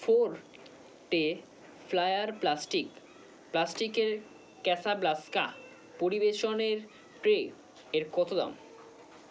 four tray flyer plastic প্লাস্টিকের ক্যাসাব্লাস্কা পরিবেশনের ট্রে এর কত দাম